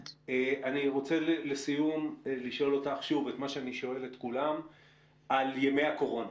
אני רוצה סיום לשאול אותך את מה שאני שואל את כולם לגבי ימי הקורונה.